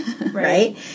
right